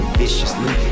viciously